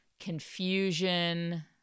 confusion